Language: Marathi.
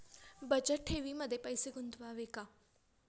बचत ठेवीमध्ये पैसे गुंतवावे का?